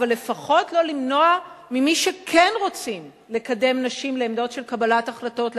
אבל לפחות לא למנוע ממי שכן רוצים לקדם נשים לעמדות של קבלת החלטות,